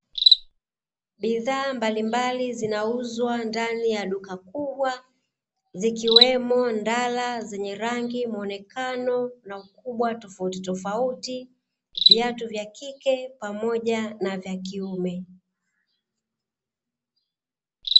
Bidhaa mbalimbali zinauzwa ndani ya duka kubwa zikiwemo ndala zenye rangi, muonekano na ukubwa tofauti tofauti, viatu vya kike pamoja na vya kiume.